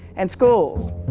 and schools.